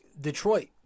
Detroit